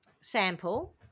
sample